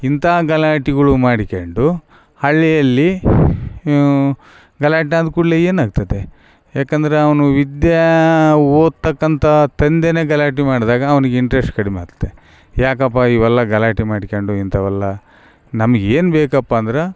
ಇಂಥಾ ಗಲಾಟೆಗಳು ಮಾಡಿಕೊಂಡು ಹಳ್ಳಿಯಲ್ಲಿ ಗಲಾಟೆ ಆದ ಕೂಡ್ಲೆ ಏನು ಆಗ್ತತೆ ಯಾಕಂದ್ರೆ ಅವನು ವಿದ್ಯಾ ಓದ್ತಕಂಥ ತಂದೆ ಗಲಾಟೆ ಮಾಡಿದಾಗ ಅವನಿಗೆ ಇಂಟ್ರೆಸ್ಟ್ ಕಡಿಮೆಯಾತ್ತೆ ಯಾಕಪ್ಪ ಇವೆಲ್ಲ ಗಲಾಟೆ ಮಾಡಿಕೊಂಡು ಇಂಥವಲ್ಲ ನಮ್ಗೆ ಏನು ಬೇಕಪ್ಪ ಅಂದ್ರೆ